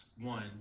one